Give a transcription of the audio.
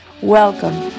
Welcome